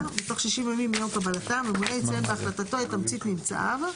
תוך 60 ימים מיום קבלתה; הממונה יציין בהחלטתו את תמצית ממצאיו.